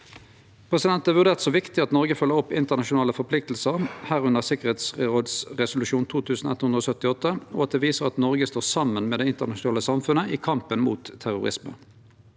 Det er vurdert som viktig at Noreg følgjer opp internasjonale forpliktingar, inkludert Tryggingsrådets resolusjon 2178, og at det viser at Noreg står saman med det internasjonale samfunnet i kampen mot terrorisme.